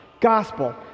gospel